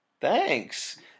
thanks